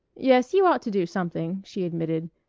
yes, you ought to do something, she admitted,